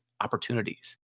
opportunities